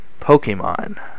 Pokemon